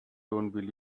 believe